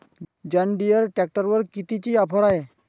John Deere ट्रॅक्टरवर कितीची offer हाये?